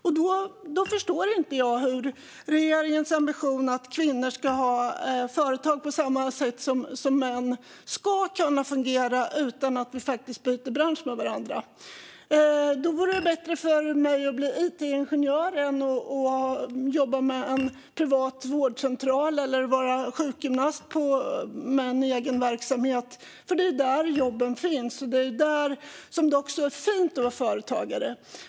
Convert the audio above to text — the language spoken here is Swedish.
Därmed förstår jag inte hur regeringen ska uppfylla sin ambition att kvinnor ska ha företag på samma sätt som män. Hur ska det fungera utan att vi byter bransch med varandra? Det vore bättre för mig att bli it-ingenjör än att jobba med en privat vårdcentral eller vara sjukgymnast med egen verksamhet, för det är där jobben finns - och det är där det är fint att vara företagare.